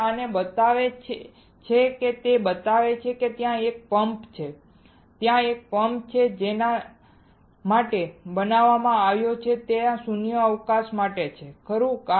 તે આને બતાવે છે તે બતાવે છે કે ત્યાં એક પંપ છે ત્યાં એક પંપ છે જે તેના માટે બનાવવામાં આવ્યો છે ત્યાં શૂન્યાવકાશ બનાવવા માટે છે ખરું